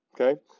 Okay